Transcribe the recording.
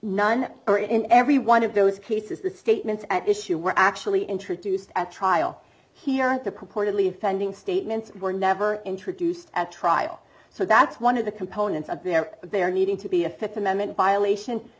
none or in every one of those cases the statements at issue were actually introduced at trial here in the purportedly offending statements were never introduced at trial so that's one of the components of their their needing to be a th amendment violation